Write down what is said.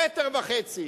1.5 מטר.